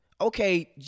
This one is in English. Okay